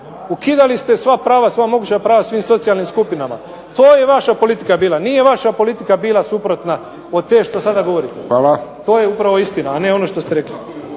Ukidali ste sva prava, sva moguća prava svim socijalnim skupinama. To je i vaša politika bila. Nije vaša politika bila suprotna od te što sada govorite. To je upravo istina, a ne ono što ste rekli.